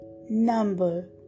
number